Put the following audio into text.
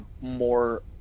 more